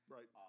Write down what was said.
Right